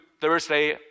Thursday